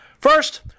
First